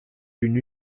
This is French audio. d’une